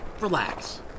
relax